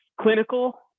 clinical